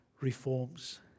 reforms